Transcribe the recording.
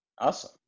Awesome